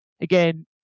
Again